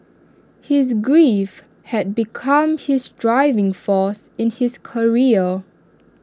his grief had become his driving force in his career